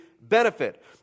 benefit